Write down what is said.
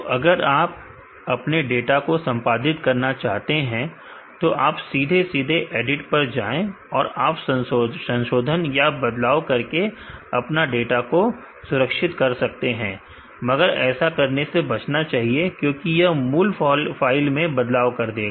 तो अगर आप अपने डाटा को संपादित करना चाहते हैं तो आप सीधे सीधे एडिट पर जाएं और आप संशोधन या बदलाव करके आप डाटा को सुरक्षित कर सकते हैं मगर ऐसा करने से बचना चाहिए क्योंकि यह मूल फाइल में बदलाव कर देगा